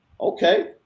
Okay